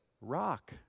rock